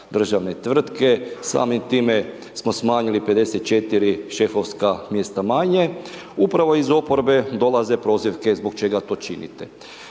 državne tvrtke, samim time, smo smanjili 54 šefovska mjesta manje. Upravo iz oporbe dolaze prozivke zbog čega to činite.